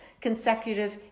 consecutive